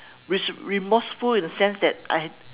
re~ remorseful in a sense that I had